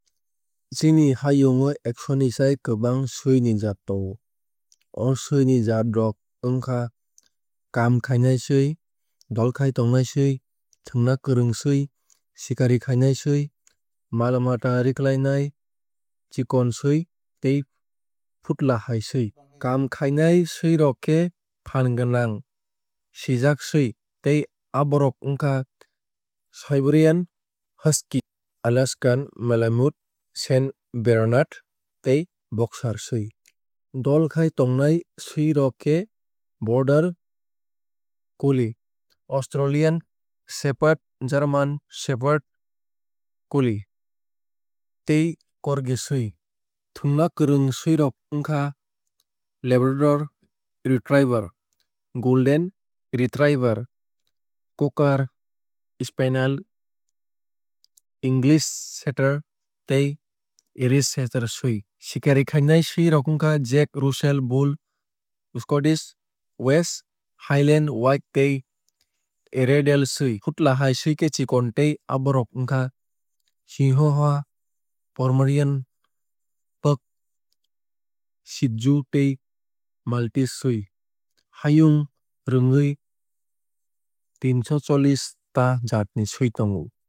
Chini hayung o eksho ni sai kwbang swui ni jaat tongo. O swui ni jaat rok wngkha kaam khainai swui dolkhai tongnai swui thwngna kwrwng swui sikari khainai swui mal mata rwkhlai nai chikon swui tei futla hai swui. Kaam khainai swui rok khe phaan gwnang sijak swui tei aborok wngkha siberian husky alaskan malamute saint bernard tei boxer swui. Dolkhai tongnai swui rok khe border collie australian shepherd german shepherd collie tei corgi swui. Thwngna kwrwng swui rok wngkha labrador retriever golden retriever cocker spaniel english setter tei irish setter swui. Sikari khainai swui rok wngkha jack russell bull scottish west highland white tei airedale swui. Futla hai swui khe chikon tei aborok wngkha chihuahua pomeranian pug shihtzu tei maltese swui. Hayung rwngwui teensho chollish ta jaat ni swui tongo.